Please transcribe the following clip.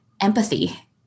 empathy